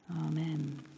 Amen